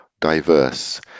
diverse